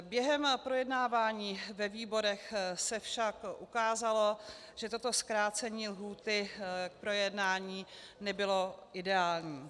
Během projednávání ve výborech se však ukázalo, že toto zkrácení lhůty k projednání nebylo ideální.